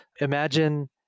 imagine